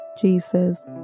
Jesus